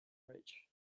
rich